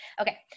Okay